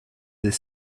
des